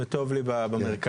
אבל למה לא לעשות את זה בצורה